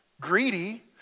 greedy